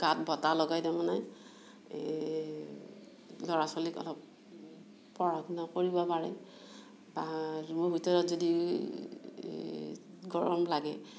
গাত বতাহ লগাই তাৰমানে এই ল'ৰা ছোৱালীক অলপ পঢ়া শুনা কৰিব পাৰে বা ৰূমৰ ভিতৰত যদি গৰম লাগে